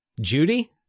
Judy